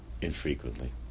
infrequently